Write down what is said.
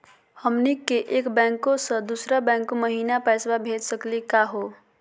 हमनी के एक बैंको स दुसरो बैंको महिना पैसवा भेज सकली का हो?